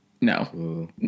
No